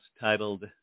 titled